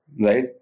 Right